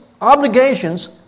obligations